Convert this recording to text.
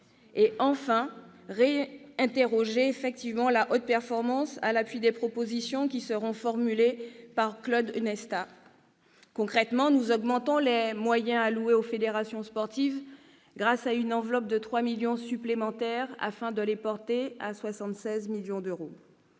enfin réinterroger la haute performance, sur le fondement des propositions qui seront formulées par Claude Onesta. Concrètement, nous augmentons les moyens alloués aux fédérations sportives, grâce à une enveloppe de 3 millions d'euros supplémentaires, afin de porter ces moyens à 76 millions d'euros.